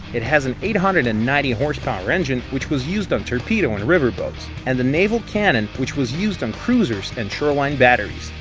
it has a eight hundred and ninety horse-power engine, which was used on torpedo and river-boats and the naval cannon which was used on cruisers and shoreline batteries.